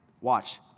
Watch